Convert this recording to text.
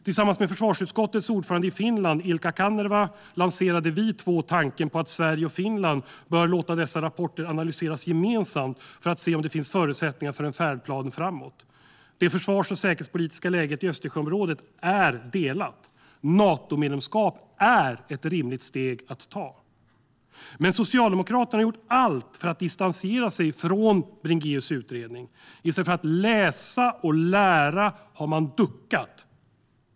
Tillsammans med försvarsutskottets ordförande i Finland, Ilkka Kanerva, lanserade vi två tanken på att Sverige och Finland bör låta dessa rapporter analyseras gemensamt för att se om det finns förutsättningar för en färdplan framåt. Det försvars och säkerhetspolitiska läget i Östersjöområdet är delat. Natomedlemskap är ett rimligt steg att ta. Men Socialdemokraterna har gjort allt för att distansera sig från Bringéus utredning. I stället för att läsa och lära har man duckat.